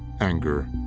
anger,